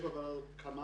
יש בוועדה הזאת כמה מקרים,